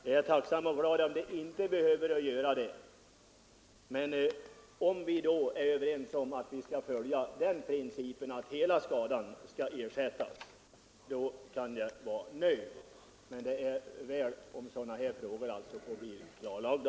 Jag är tacksam och glad om de inte behöver göra det; om vi är överens om att följa principen att hela skadan skall ersättas, så kan jag vara nöjd. Det är bra om sådana här frågor får bli klarlagda.